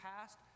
past